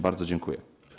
Bardzo dziękuję.